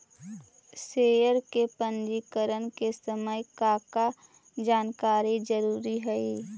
share के पंजीकरण के समय का का जानकारी जरूरी हई